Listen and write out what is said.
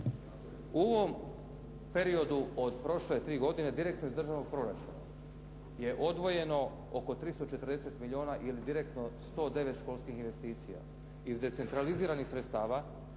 U ovom periodu od prošle tri godine direktno iz državnog proračuna je odvojeno oko 340 milijuna ili direktno 109 školskih investicija. Iz decentraliziranih sredstava